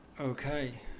Okay